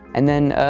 and then,